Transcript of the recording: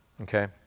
okay